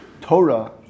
Torah